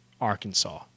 Arkansas